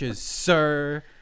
sir